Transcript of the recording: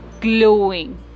glowing